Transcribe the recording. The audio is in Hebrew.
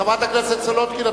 חברת הכנסת סולודקין,